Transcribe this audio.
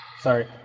Sorry